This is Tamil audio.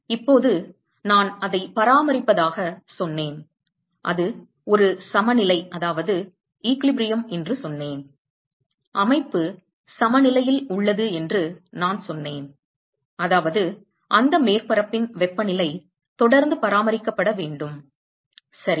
இப்போது நான் அதை பராமரிப்பதாக சொன்னேன் அது ஒரு சமநிலை என்று சொன்னேன் அமைப்பு சமநிலையில் உள்ளது என்று நான் சொன்னேன் அதாவது அந்த மேற்பரப்பின் வெப்பநிலை தொடர்ந்து பராமரிக்கப்பட வேண்டும் சரி